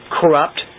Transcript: Corrupt